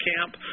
camp